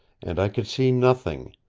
and i could see nothing,